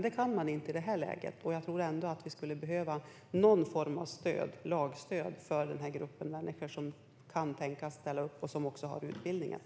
Det går dock inte i det här läget, och jag tror ändå att vi skulle behöva någon form av lagstöd för den grupp människor som kan tänka sig att ställa upp och även har utbildningen.